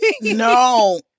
No